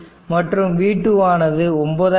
மற்றும் V2 ஆனது 9000 i